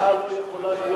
לא יכולה להיות אלא,